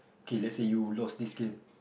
okay let's say you lost this game